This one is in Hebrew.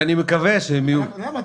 למה?